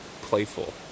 playful